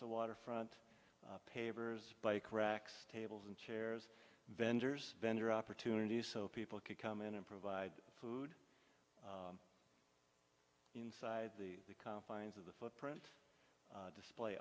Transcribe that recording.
the waterfront pavers bike racks tables and chairs vendors vendor opportunities so people could come in and provide food inside the confines of the footprint display